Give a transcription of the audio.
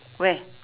where